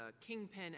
Kingpin